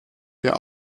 der